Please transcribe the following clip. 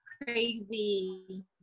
Crazy